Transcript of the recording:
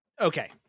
Okay